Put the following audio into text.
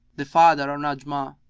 the father of najmah